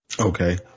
Okay